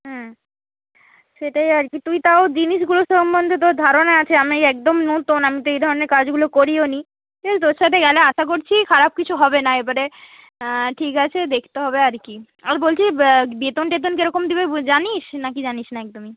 সেটাই আর কি তুই তাও জিনিসগুলো সম্বন্ধে তোর ধারণা আছে আমি একদম নতুন আমি তো এই ধরনের কাজগুলো করিও নি সে তোর সাথে গেলে আশা করছি খারাপ কিছু হবে না এবারে ঠিক আছে দেখতে হবে আর কি আর বলছি বেতন টেতন কেরকম দিবে জানিস না কি জানিস না একদমই